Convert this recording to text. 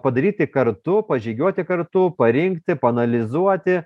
padaryti kartu pažygiuoti kartu parinkti paanalizuoti